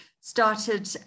Started